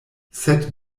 sed